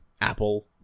Apple